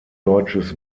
deutsches